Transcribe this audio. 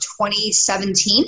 2017